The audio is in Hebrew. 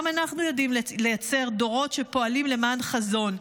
גם אנחנו יודעים לייצר דורות שפועלים למען חזון.